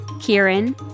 Kieran